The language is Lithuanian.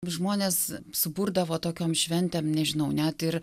žmones suburdavo tokiom šventėm nežinau net ir